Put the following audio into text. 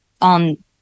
On